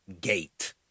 gate